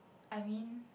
I mean